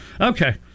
Okay